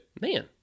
man